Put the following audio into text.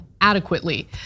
adequately